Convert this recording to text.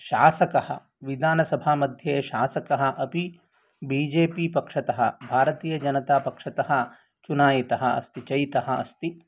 शासकः विदानसभामध्ये शासकः अपि बी जे पि पक्षतः भारतीयजनतापक्षतः चूनायितः अस्ति चयितः अस्ति